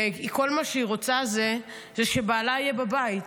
וכל מה שהיא רוצה זה שבעלה יהיה בבית.